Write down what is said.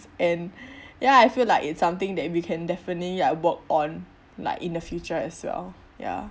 and ya I feel like it's something that we can definitely like work on like in the future as well ya